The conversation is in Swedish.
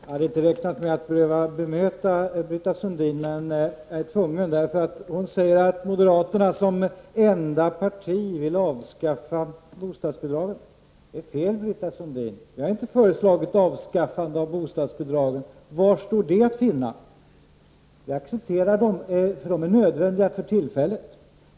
Herr talman! Jag hade inte räknat med att behöva bemöta Britta Sundin, men jag är tvungen. Hon säger att moderaterna som enda parti vill avskaffa bostadsbidragen. Det är fel, Britta Sundin. Vi har inte föreslagit avskaffande av bostadsbidragen. Var står det att finna? Vi accepterar dem, för de är nödvändiga för tillfället.